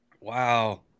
Wow